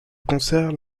concerne